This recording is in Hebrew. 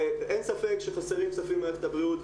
אין ספק שחסרים כספים במערכת הבריאות,